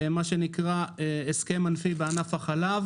מה שנקרא "הסכם ענפי בענף החלב",